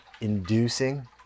inducing